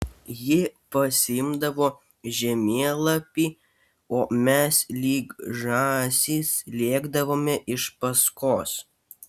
ji pasiimdavo žemėlapį o mes lyg žąsys lėkdavome iš paskos